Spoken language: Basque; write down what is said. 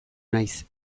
naiz